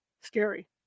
Scary